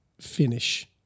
finish